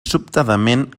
sobtadament